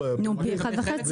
נו, פי אחד וחצי.